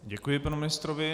Děkuji panu ministrovi.